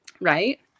Right